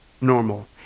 normal